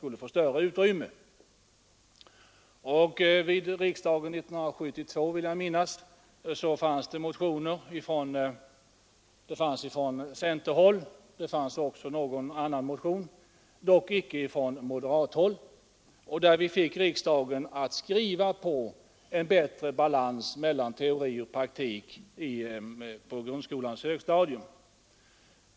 Vid riksdagen 1972 fanns det motioner från centern och också från något annat håll — dock icke från moderaterna — som ledde till att riksdagen uttalade sig för en bättre balans mellan teori och praktik på grundskolans högstadium.